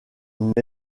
naît